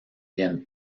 bien